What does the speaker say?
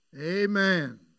Amen